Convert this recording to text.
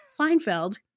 Seinfeld